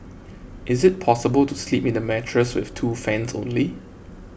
is it possible to sleep in a mattress with two fans only